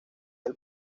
del